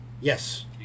Yes